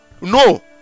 no